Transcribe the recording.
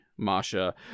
Masha